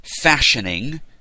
fashioning